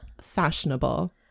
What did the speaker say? fashionable